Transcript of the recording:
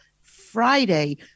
Friday